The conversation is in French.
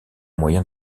moyen